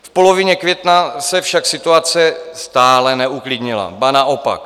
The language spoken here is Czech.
V polovině května se však situace stále neuklidnila, ba naopak.